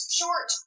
short